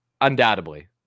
Undoubtedly